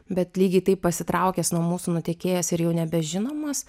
bet lygiai taip pasitraukęs nuo mūsų nutekėjęs ir jau nebežinomas